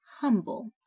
humble